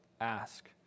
ask